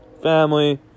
family